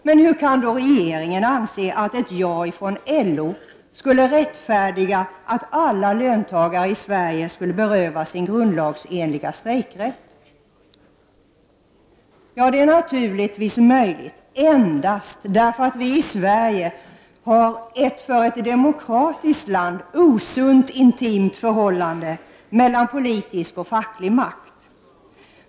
Men hur kan regeringen anse att ett ja från LO rättfärdigar att alla löntagare i Sverige berövas sin grundlagsenliga strejkrätt! Ja, det är naturligtvis möjligt endast därför att vi i Sverige har ett för ett demokratiskt land osunt intimt förhållande mellan politisk och facklig makt.